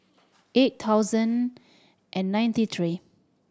eight thousand and ninety three